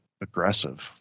aggressive